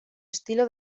estilo